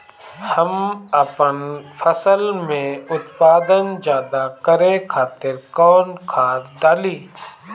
हम आपन फसल में उत्पादन ज्यदा करे खातिर कौन खाद डाली?